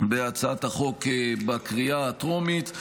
בהצעת החוק בקריאה הטרומית,